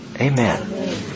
Amen